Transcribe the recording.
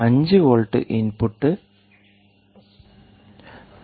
5 volt input 3